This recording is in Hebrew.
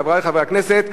חברי חברי הכנסת,